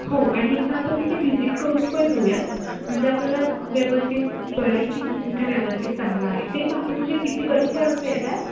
हो आणि एकदा आपण तिथे व्हिजिट करून पण येऊयात म्हणजे आपल्याला व्यवस्थित कळेल की तू कुठे व्यवस्थित चांगला आहे ते पाहुणे तुझ्या किती कधीपर्यंत येत आहेत